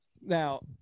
Now